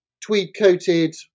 tweed-coated